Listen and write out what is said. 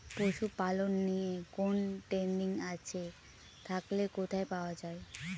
পশুপালন নিয়ে কোন ট্রেনিং আছে থাকলে কোথায় পাওয়া য়ায়?